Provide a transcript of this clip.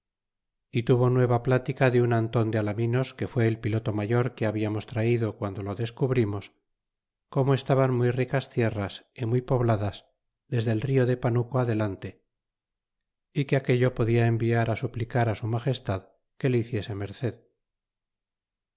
y tuvo nueva plática de un anton de alaminos que fue el piloto mayor que habiamos traido guando lo descubrimos como estaban muy ricas tierras y muy pobladas desde el rio de panuco adelante é que aquello podia enviar á suplicar á su magestad que le hiciese merced